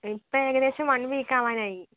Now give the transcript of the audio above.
ഇപ്പോൾ ഏകദേശം one week ആകാനായി